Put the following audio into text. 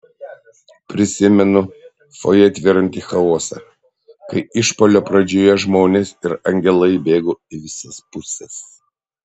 prisimenu fojė tvyrantį chaosą kai išpuolio pradžioje žmonės ir angelai bėgo į visas puses